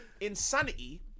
Insanity